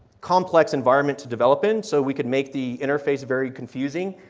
complex environments to develop in so we could make the interface very confusing.